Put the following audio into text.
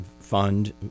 fund